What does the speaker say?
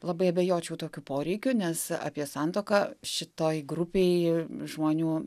labai abejočiau tokiu poreikiu nes apie santuoką šitoj grupėj žmonių